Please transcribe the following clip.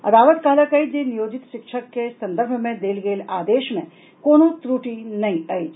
अदालत कहलक अछि जे नियोजित शिक्षक के संदर्भ मे देल गेल आदेश मे कोनो त्रुटि नहि अछि